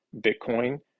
Bitcoin